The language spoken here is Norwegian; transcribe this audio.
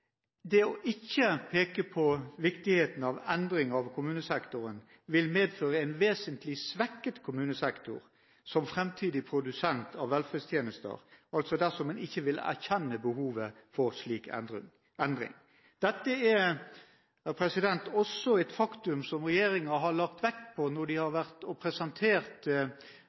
det å ikke peke på viktigheten av endringer i kommunesektoren, vil medføre en vesentlig svekket kommunesektor som fremtidig produsent av velferdstjenester – altså hvis man ikke vil erkjenne behovet for slik endring. Dette er også et faktum som regjeringen har lagt vekt på når man har presentert